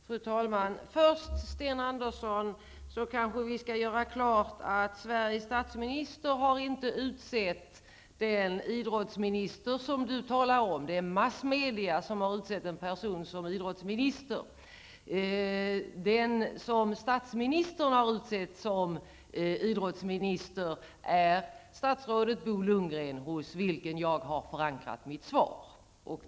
Fru talman! Först, Sten Andersson i Malmö, skall vi göra klart att Sveriges statsminister inte har utsett den idrottsminister som Sten Andersson talar om. Det är massmedia som har utsett en person som idrottsminister. Den som statsministern har utsett som idrottsminister är statsrådet Bo Lundgren, hos vilken jag har förankrat mitt svar.